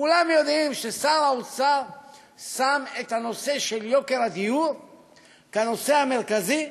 כולם יודעים ששר האוצר שם את הנושא של יוקר הדיור כנושא המרכזי,